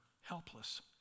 helpless